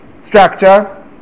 structure